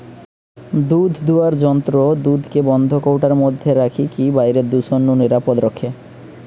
দুধদুয়ার যন্ত্র দুধকে বন্ধ কৌটার মধ্যে রখিকি বাইরের দূষণ নু নিরাপদ রখে